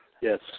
Yes